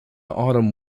autumn